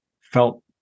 felt